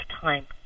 time